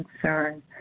concern